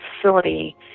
facility